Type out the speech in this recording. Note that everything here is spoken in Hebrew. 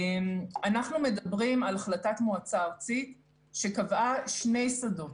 אנחנו מדברים על החלטת מועצה ארצית שקבעה שני שדות.